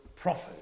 prophet